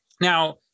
Now